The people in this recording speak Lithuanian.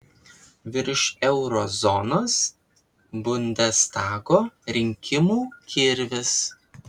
virš euro zonos bundestago rinkimų kirvis